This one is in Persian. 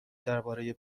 درباره